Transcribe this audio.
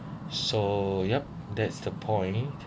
so yup that's the point